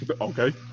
Okay